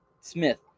Smith